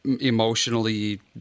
emotionally